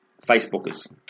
Facebookers